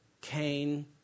Cain